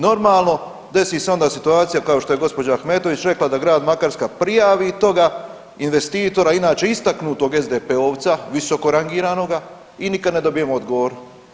Normalno desi se onda situacija kao što je gospođa Ahmetović rekla da Grad Makarska prijavi toga investitora, inače istaknutog SDP-ovca, visoko rangiranoga i nikada ne dobijemo odgovor.